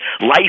life-